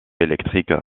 électrique